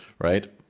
right